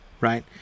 right